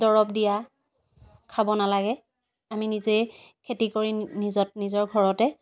দৰব দিয়া খাব নালাগে আমি নিজেই খেতি কৰি নিজৰ নিজৰ ঘৰতে